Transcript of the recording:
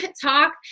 talk